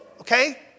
okay